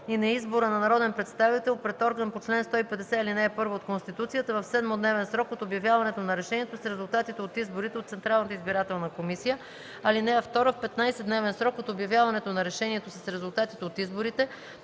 и на избора на народен представител пред орган по чл. 150, ал. 1 от Конституцията в 7-дневен срок от обявяването на решението с резултатите от изборите от Централната избирателна комисия. (2) В 15-дневен срок от обявяването на решението с резултатите от изборите